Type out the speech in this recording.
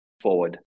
forward